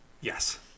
Yes